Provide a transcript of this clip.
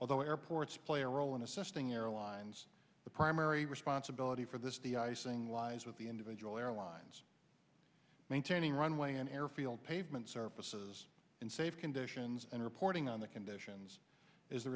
although airports play a role in assisting airlines the primary responsibility for this the icing lies with the individual airlines maintaining runway and air field pavement surfaces unsafe conditions and reporting on the conditions is the